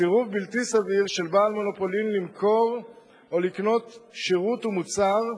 סירוב בלתי סביר של בעל מונופולין למכור או לקנות שירות ומוצר,